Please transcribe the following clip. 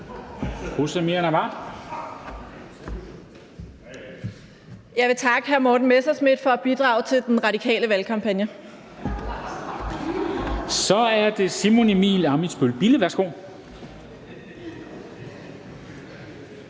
Jeg vil takke hr. Morten Messerschmidt for at bidrage til den radikale valgkampagne. Kl. 13:37 Formanden